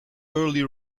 early